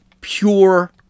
pure